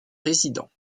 présidents